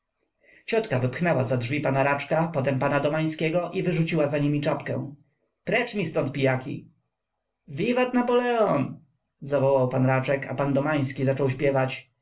ciotka wypchnęła za drzwi p raczka potem p domańskiego i wyrzuciła za nimi czapkę precz mi ztąd pijaki wiwat napoleon zawołał p raczek a p domański zaczął śpiewać